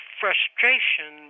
frustration